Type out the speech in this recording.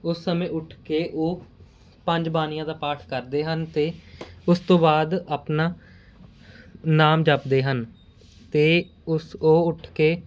ਉਸ ਸਮੇਂ ਉੱਠ ਕੇ ਉਹ ਪੰਜ ਬਾਣੀਆਂ ਦਾ ਪਾਠ ਕਰਦੇ ਹਨ ਅਤੇ ਉਸ ਤੋਂ ਬਾਅਦ ਆਪਣਾ ਨਾਮ ਜਪਦੇ ਹਨ ਅਤੇ ਉਸ ਉਹ ਉੱਠ ਕੇ